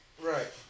Right